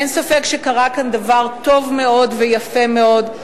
אין ספק שקרה כאן דבר טוב מאוד ויפה מאוד.